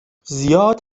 زیاد